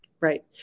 Right